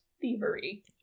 thievery